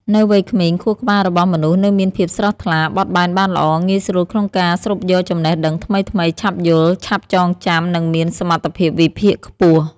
នៅវ័យក្មេង ខួរក្បាលរបស់មនុស្សនៅមានភាពស្រស់ថ្លា បត់បែនបានល្អ ងាយស្រួលក្នុងការស្រូបយកចំណេះដឹងថ្មីៗ ឆាប់យល់ ឆាប់ចងចាំ និងមានសមត្ថភាពវិភាគខ្ពស់ ។